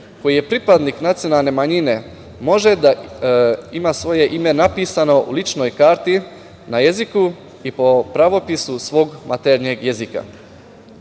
koje je pripadnik nacionalne manjine može da ima svoje ime napisano u ličnoj karti na jeziku i po pravopisu svog maternjeg jezika.